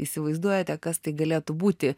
įsivaizduojate kas tai galėtų būti